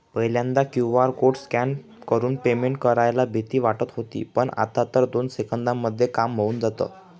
पहिल्यांदा QR code scan करून payment करायला भीती वाटत होती पण, आता तर दोन सेकंदांमध्ये काम होऊन जातं